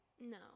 no